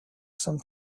some